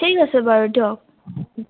ঠিক আছে বাৰু দিয়ক